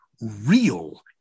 real